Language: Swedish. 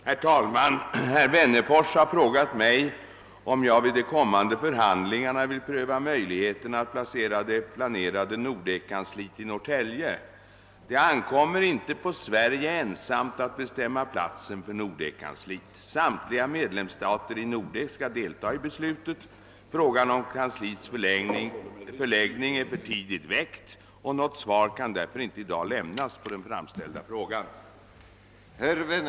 Herr talman! Herr Wennerfors har frågat mig om jag vid de kommande förhandlingarna vill pröva möjligheterna att placera det planerade Nordekkansliet i Norrtälje. Det ankommer inte på Sverige ensamt att bestämma platsen för Nordek-kansliet. Samtliga medlemsstater i Nordek skall delta i beslutet. Frågan om kansliets förläggning är för tidigt väckt. Något svar kan därför inte i dag lämnas på den framställda frågan.